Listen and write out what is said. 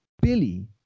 Billy